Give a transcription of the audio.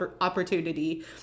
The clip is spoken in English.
opportunity